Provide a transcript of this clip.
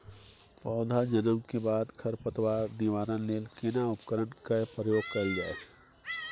पौधा जन्म के बाद खर पतवार निवारण लेल केना उपकरण कय प्रयोग कैल जाय?